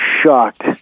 shocked